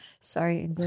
Sorry